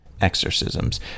exorcisms